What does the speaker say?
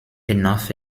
enough